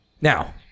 Now